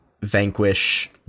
vanquish